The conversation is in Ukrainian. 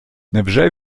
невже